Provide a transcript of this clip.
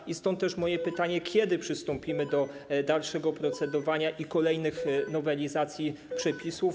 I stąd też moje pytanie: Kiedy przystąpimy do dalszego procedowania i kolejnych nowelizacji przepisów?